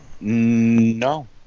No